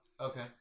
Okay